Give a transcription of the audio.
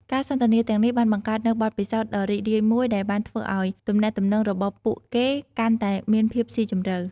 ការសន្ទនាទាំងនេះបានបង្កើតនូវបទពិសោធន៍ដ៏រីករាយមួយដែលបានធ្វើឲ្យទំនាក់ទំនងរបស់ពួកគេកាន់តែមានភាពស៊ីជម្រៅ។